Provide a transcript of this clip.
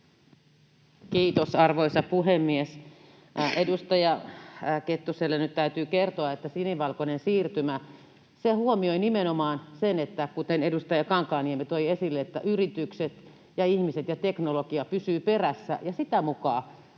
Kiitos, arvoisa puhemies! Edustaja Kettuselle nyt täytyy kertoa, että sinivalkoinen siirtymä huomioi nimenomaan sen, kuten edustaja Kankaanniemi toi esille, että yritykset ja ihmiset ja teknologia pysyvät perässä ja sitä mukaa